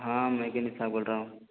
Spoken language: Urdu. ہاں میکینک صاحب بول رہا ہوں